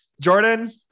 Jordan